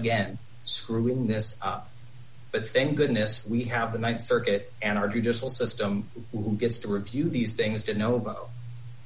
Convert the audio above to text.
again screwing this up but thank goodness we have the th circuit and our judicial system who gets to review these things to know